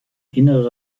innere